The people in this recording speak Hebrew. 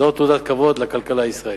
זאת תעודת כבוד לכלכלה הישראלית.